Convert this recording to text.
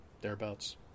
thereabouts